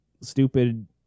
stupid